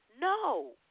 No